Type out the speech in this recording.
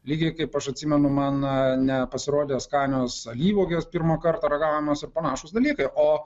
lygiai kaip aš atsimenu man nepasirodė skanios alyvuogės pirmą kartą ragaujamos ir panašūs dalykai o